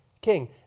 king